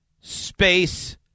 space